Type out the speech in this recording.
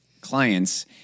clients